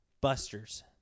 Buster's